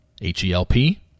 H-E-L-P